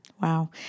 Wow